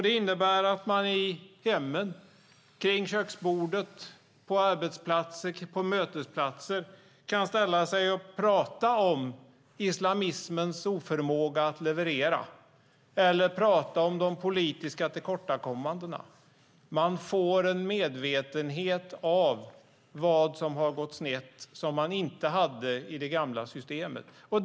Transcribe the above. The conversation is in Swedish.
Det innebär att man i hemmen, kring köksbordet, på arbetsplatser och på mötesplatser kan ställa sig och prata om islamismens oförmåga att leverera eller om de politiska tillkortakommandena. Man får en medvetenhet om vad som har gått snett som man inte hade i det gamla systemet.